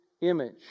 image